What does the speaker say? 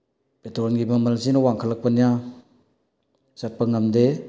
ꯄꯦꯇ꯭ꯔꯣꯜꯒꯤ ꯃꯃꯜꯁꯤꯅ ꯋꯥꯡꯈꯠꯂꯛꯄꯅꯤꯅ ꯆꯠꯄ ꯉꯝꯗꯦ